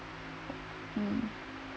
mm